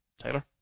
Taylor